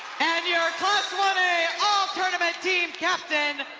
and your class one a all-tournament team captain,